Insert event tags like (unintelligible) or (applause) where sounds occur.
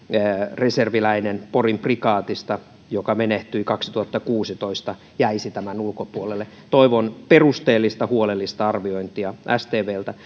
reserviläinen porin prikaatista joka menehtyi kaksituhattakuusitoista jäisi tämän ulkopuolelle toivon perusteellista huolellista arviointia stvltä (unintelligible)